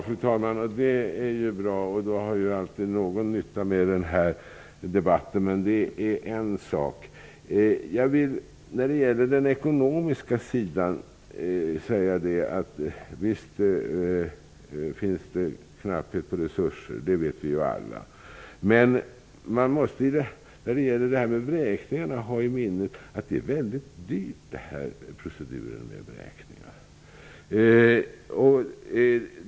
Fru talman! Det är bra. Då var det ändå någon nytta med den här debatten. När det gäller den ekonomiska sidan vill jag bara säga att det förvisso finns knappa resurser. Det vet vi alla. Men när det gäller vräkningarna måste man ha i minnet att det är en väldigt dyr procedur.